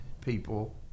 people